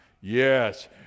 yes